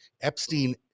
Epstein